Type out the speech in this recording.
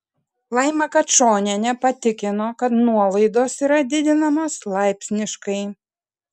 laima kačonienė patikino kad nuolaidos yra didinamos laipsniškai